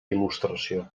il·lustració